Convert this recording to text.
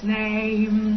name